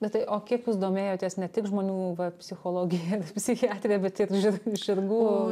bet tai o kiek jūs domėjotės ne tik žmonių psichologija psichiatrija bet ir ži žirgų